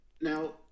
now